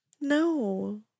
No